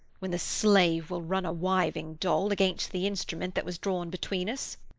when the slave will run a wiving, dol, against the instrument that was drawn between us.